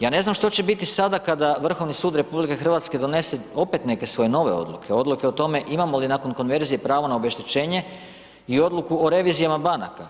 Ja ne znam što će biti sada kada Vrhovni sud RH donese opet neke svoje nove odluke, odluke o tome imamo li nakon konverzije pravo na obeštećenje i odluku o revizijama banaka.